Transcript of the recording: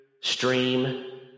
stream